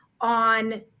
on